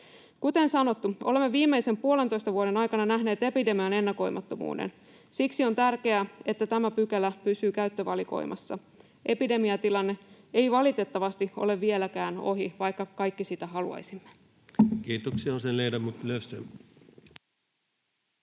Kuten sanottu, olemme viimeisen puolentoista vuoden aikana nähneet epidemian ennakoimattomuuden. Siksi on tärkeää, että tämä pykälä pysyy käyttövalikoimassa. Epidemiatilanne ei valitettavasti ole vieläkään ohi, vaikka kaikki sitä haluaisimme. Kiitoksia. — Sedan ledamot